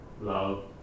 Love